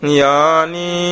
Yani